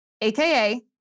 AKA